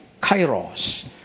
kairos